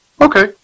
okay